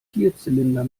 vierzylinder